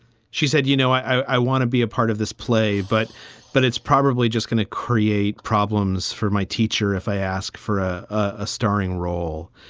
she said, you know, i want to be a part of this play, but but it's probably just going to create problems for my teacher if i ask for a starring role.